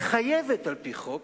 חייבת על-פי החוק